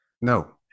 No